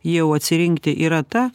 jau atsirinkti yra ta